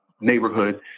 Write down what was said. neighborhood